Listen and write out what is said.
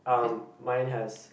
um mine has